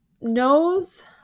knows